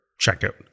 checkout